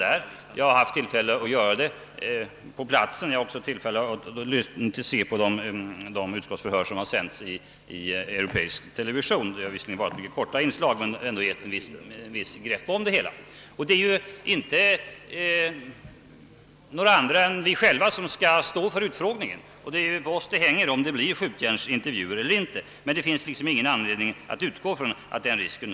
Jag har själv haft tillfälle att göra det på platsen, och jag har också följt de utskottsförhör som sänts i europeisk television — där har det visserligen varit fråga om mycket korta inslag men de har ändå givit ett visst grepp om det hela. Det är ju f. ö. vi själva som skall stå för utfrågningen, så det är ju på oss det hänger om det blir skjutjärnsintervjuer eller inte. Möjligheterna att fråga tjänstemän finns redan.